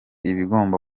ibigomba